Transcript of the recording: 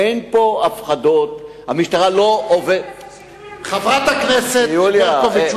אין פה הפחדות, חברת הכנסת ברקוביץ.